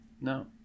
No